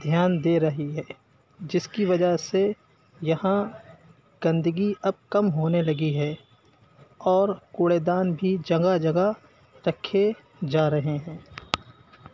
دھیان دے رہی ہے جس کی وجہ سے یہاں گندگی اب کم ہونے لگی ہے اور کوڑے دان بھی جگہ جگہ رکھے جا رہے ہیں